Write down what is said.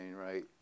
right